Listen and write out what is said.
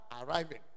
arriving